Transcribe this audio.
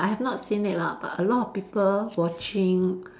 I have not seen it lah but a lot of people watching